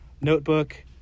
notebook